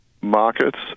markets